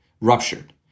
ruptured